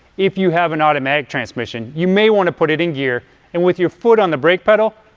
if you have an automatic transmission, you may want to put it in gear and with your foot on the brake pedal,